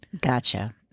Gotcha